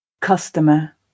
customer